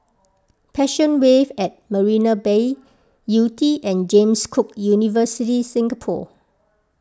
Passion Wave at Marina Bay Yew Tee and James Cook University Singapore